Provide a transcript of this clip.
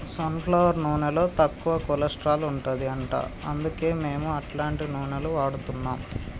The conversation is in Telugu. సన్ ఫ్లవర్ నూనెలో తక్కువ కొలస్ట్రాల్ ఉంటది అంట అందుకే మేము అట్లాంటి నూనెలు వాడుతున్నాం